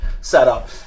setup